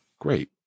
great